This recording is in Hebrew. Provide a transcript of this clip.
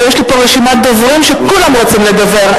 ויש לי פה רשימת דוברים שכולם רוצים לדבר.